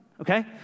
okay